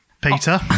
Peter